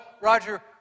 Roger